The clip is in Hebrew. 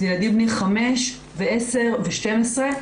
זה ילדים בני חמש ועשר ו-12.